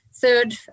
third